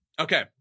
Okay